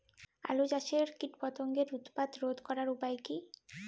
আলু চাষের কীটপতঙ্গের উৎপাত রোধ করার উপায় কী?